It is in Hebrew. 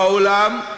(חברת הכנסת מיכל רוזין יוצאת מאולם המליאה.) בשום מדינה בעולם,